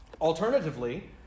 Alternatively